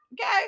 Okay